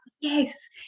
Yes